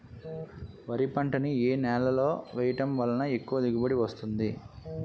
వరి పంట ని ఏ నేలలో వేయటం వలన ఎక్కువ దిగుబడి వస్తుంది?